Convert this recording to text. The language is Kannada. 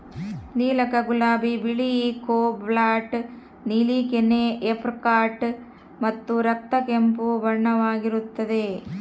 ನೀಲಕ ಗುಲಾಬಿ ಬಿಳಿ ಕೋಬಾಲ್ಟ್ ನೀಲಿ ಕೆನೆ ಏಪ್ರಿಕಾಟ್ ಮತ್ತು ರಕ್ತ ಕೆಂಪು ಬಣ್ಣವಾಗಿರುತ್ತದೆ